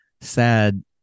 sad